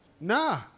Nah